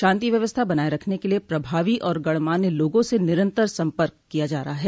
शांति व्यवस्था बनाये रखने के लिये प्रभावी और गणमान्य लोगों से निरन्तर सम्पर्क किया जा रहा है